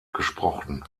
gesprochen